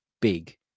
big